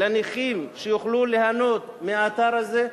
שיוכלו ליהנות מהאתר הזה.